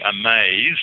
amazed